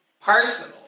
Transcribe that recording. personal